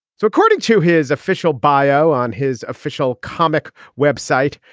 so according to his official bio on his official comic web site.